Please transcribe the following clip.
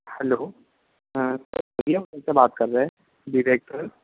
hello हाँ भैया किनसे बात कर रहे हैं मिरेकल